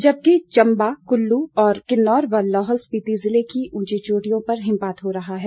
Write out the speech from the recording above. जबकि चम्बा कुल्लू और किन्नौर व लाहुल स्पिति जिले की ऊंची चोटियों पर हिमपात हो रहा है